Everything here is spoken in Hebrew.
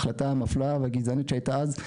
ההחלטה המפלה והגזענית שהייתה אז,